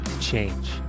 change